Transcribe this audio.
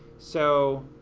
so,